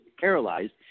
paralyzed